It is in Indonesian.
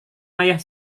ayah